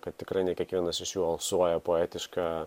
kad tikrai ne kiekvienas iš jų alsuoja poetiška